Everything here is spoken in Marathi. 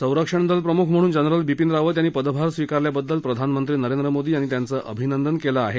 संरक्षण दलप्रमुख म्हणून जनरल बिपीन रावत यांनी पदभार स्वीकारल्याबद्दल प्रधानमंत्री नरेंद्र मोदी यांनी त्यांचं अभिनंदन केलं आहे